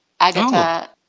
Agata